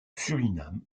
suriname